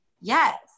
yes